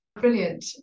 Brilliant